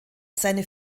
seine